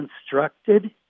constructed